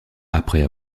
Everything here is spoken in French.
après